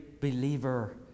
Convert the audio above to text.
believer